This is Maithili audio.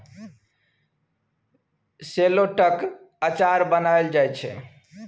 शेलौटक अचार बनाएल जाइ छै